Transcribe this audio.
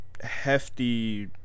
hefty